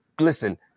listen